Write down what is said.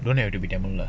don't have to be tamil lah